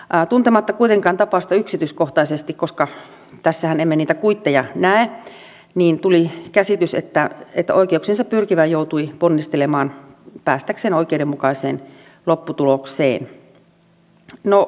tuntematta kuitenkaan tapausta yksityiskohtaisesti tässähän emme niitä kuitteja näe tuli käsitys että oikeuksiinsa pyrkivä joutui ponnistelemaan päästäkseen oikeudenmukaiseen lopputulokseen